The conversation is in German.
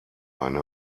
eine